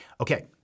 Okay